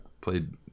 played